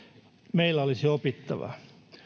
meillä olisi opittavaa